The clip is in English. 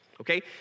Okay